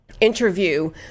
interview